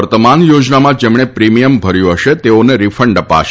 વર્તમાન યોજનામાં જેમણે પ્રિમિયમ ભર્યું હશે તેઓને રિફંડ અપાશે